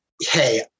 Hey